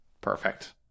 Perfect